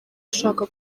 ashaka